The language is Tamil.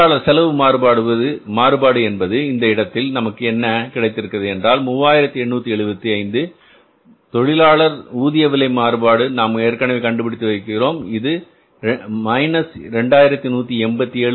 தொழிலாளர் செலவு மாறுபாடு என்பது இந்த இடத்தில் நமக்கு என்ன கிடைத்திருக்கிறது என்றால் 3875 தொழிலாளர் ஊதிய விலை மாறுபாடு நாம் ஏற்கனவே கண்டுபிடித்து வைத்திருக்கிறோம் இது 2187